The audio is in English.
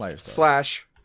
slash